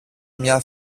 μια